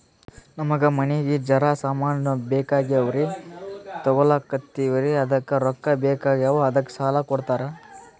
ನಮಗ ಮನಿಗಿ ಜರ ಸಾಮಾನ ಬೇಕಾಗ್ಯಾವ್ರೀ ತೊಗೊಲತ್ತೀವ್ರಿ ಅದಕ್ಕ ರೊಕ್ಕ ಬೆಕಾಗ್ಯಾವ ಅದಕ್ಕ ಸಾಲ ಕೊಡ್ತಾರ?